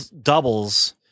doubles